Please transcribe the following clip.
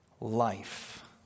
Life